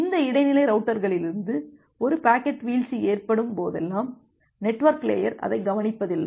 இந்த இடைநிலை ரவுட்டர்களிலிருந்து ஒரு பாக்கெட் வீழ்ச்சி ஏற்படும் போதெல்லாம் நெட்வொர்க் லேயர் அதை கவனிப்பதில்லை